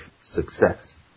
Success